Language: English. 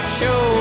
show